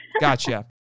gotcha